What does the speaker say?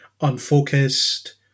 unfocused